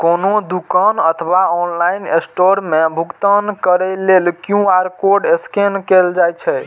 कोनो दुकान अथवा ऑनलाइन स्टोर मे भुगतान करै लेल क्यू.आर कोड स्कैन कैल जाइ छै